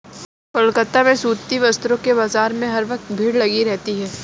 कोलकाता में सूती वस्त्रों के बाजार में हर वक्त भीड़ लगी रहती है